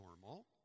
normal